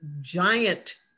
giant